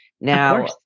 Now